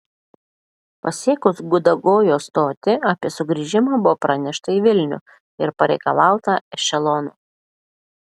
pasiekus gudagojo stotį apie sugrįžimą buvo pranešta į vilnių ir pareikalauta ešelono